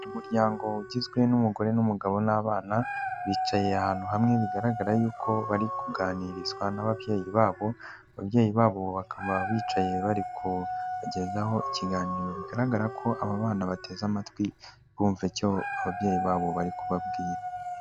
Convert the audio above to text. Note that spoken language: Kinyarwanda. Umuryango ugizwe n'umugore n'umugabo n'abana, bicaye ahantu hamwe bigaragara yuko bari kuganirizwa n'ababyeyi babo, ababyeyi babo bakaba bicaye bari kubagezaho ikiganiro, bigaragara ko aba bana bateze amatwi bumva icyo ababyeyi babo bari kubabwira.